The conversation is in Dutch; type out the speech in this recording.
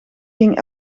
ging